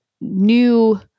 new